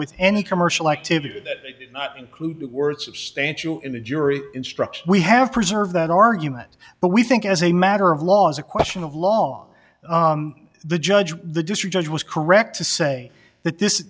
with any commercial activity that include the word substantial in the jury instruction we have preserved that argument but we think as a matter of law as a question of law the judge the district judge was correct to say that this